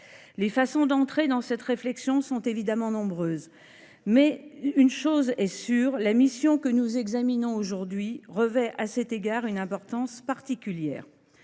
Les façons d’entrer dans cette réflexion sont évidemment nombreuses, mais une chose est sûre : la mission que nous examinons aujourd’hui revêt à cet égard une importance particulière.